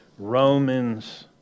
Romans